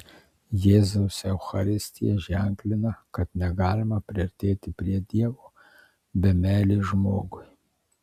jėzaus eucharistija ženklina kad negalima priartėti prie dievo be meilės žmogui